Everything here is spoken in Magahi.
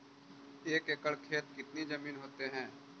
एक एकड़ खेत कितनी जमीन होते हैं?